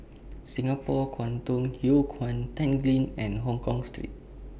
Singapore Kwangtung Hui Kuan Tanglin and Hongkong Street